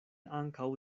ankaŭ